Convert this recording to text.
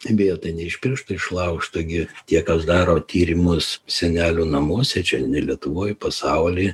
vėl tai ne iš piršto išlaužta gi tie kas daro tyrimus senelių namuose čia ne lietuvoj pasauly